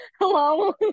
hello